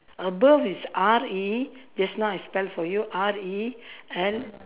above is R E just now I spell for you R E L